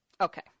Okay